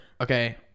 Okay